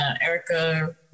Erica